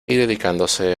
dedicándose